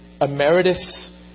emeritus